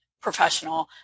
professional